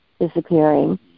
disappearing